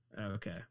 okay